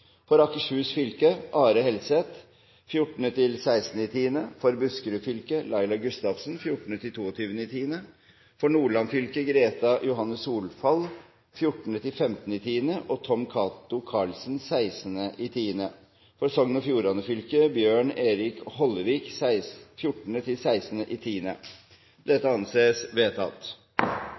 For Akershus fylke: Are Helseth 14.–16. oktober For Buskerud fylke: Laila Gustavsen 14.–22. oktober For Nordland fylke: Greta Johanne Solfall 14.–15. oktober og Tom Cato Karlsen 16. oktober For Sogn og Fjordane fylke: Bjørn Erik Hollevik 14.–16. oktober Are Helseth, Laila Gustavsen, Greta Johanne Solfall og Bjørn Erik Hollevik er til